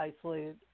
isolated